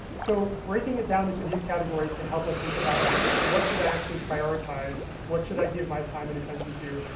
so breaking it down into these categories can help us think about, like what should i actually prioritize? what should i give my time and attention to?